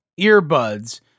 earbuds